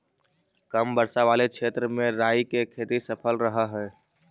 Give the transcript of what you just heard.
कम वर्षा वाले क्षेत्र में राई की खेती सफल रहअ हई